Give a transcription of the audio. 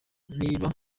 niba